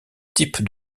type